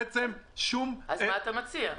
מה אתה מציע?